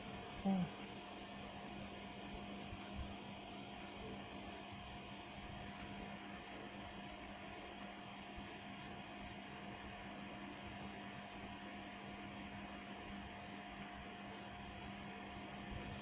um